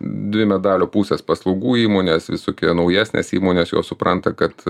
dvi medalio pusės paslaugų įmonės visokie naujesnės įmonės jos supranta kad